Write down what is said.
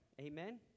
Amen